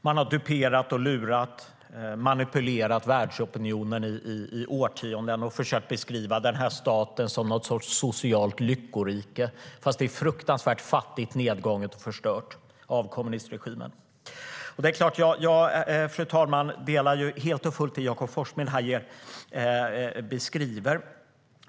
Man har duperat, lurat och manipulerat världsopinionen i årtionden och försökt beskriva denna stat som någon sorts socialt lyckorike, fast det är fruktansvärt fattigt, nedgånget och förstört av kommunistregimen. Fru talman! Jag delar helt och fullt det som Jakob Forssmed beskriver.